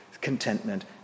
contentment